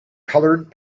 colored